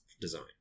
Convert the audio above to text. design